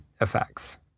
effects